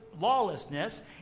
lawlessness